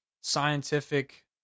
scientific